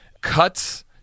cuts